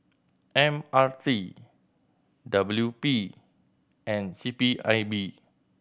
M R T W P and C P I B